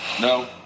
No